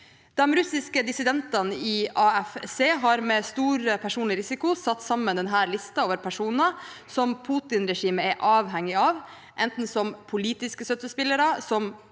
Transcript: De russiske dissidentene i ACF har med stor personlig risiko satt sammen denne listen over personer som Putinregimet er avhengig av, enten som politiske støttespillere,